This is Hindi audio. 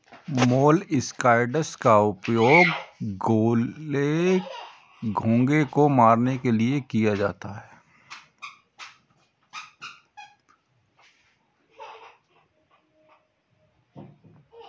मोलस्कसाइड्स का उपयोग गोले, घोंघे को मारने के लिए किया जाता है